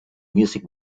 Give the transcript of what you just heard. music